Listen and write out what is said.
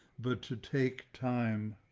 but to take time,